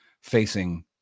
facing